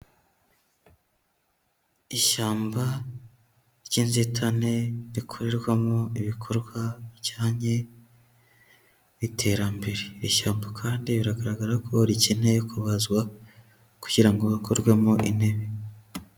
Ishyamba ry'inzitane rikorerwamo ibikorwa bijyanye n'iterambere. Ishyamba kandi biragaragara ko rikeneye kubazwa kugira ngo hakorwemo intebe.